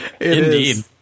Indeed